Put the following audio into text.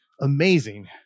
amazing